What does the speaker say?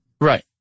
Right